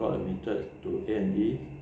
got admitted to A&E